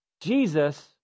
Jesus